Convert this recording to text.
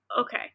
okay